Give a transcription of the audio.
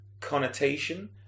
connotation